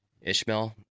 Ishmael